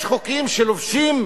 יש חוקים שלובשים,